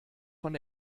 von